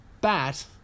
bat